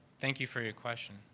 thank you, for your question.